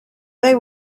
they